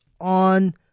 on